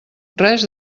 res